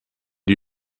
die